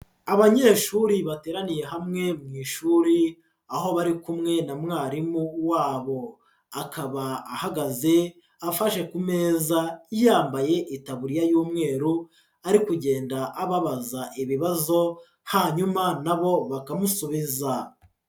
Abanyeshuri bateraniye hamwe mu ishuri, aho bari kumwe na mwarimu wabo, akaba ahagaze afashe ku meza yambaye itaburiya y'umweru, ari kugenda ababaza ibibazo, hanyuma na bo bakamusubiza.